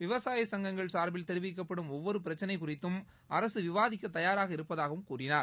விவசாய சங்கங்கள் சார்பில் தெரிவிக்கப்படும் ஒவ்வொரு பிரச்சனை குறித்தும் அரசு விவாதிக்க தயாராக இருப்பதாகவும் கூறினார்